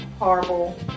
horrible